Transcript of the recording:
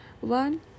One